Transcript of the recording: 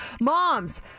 moms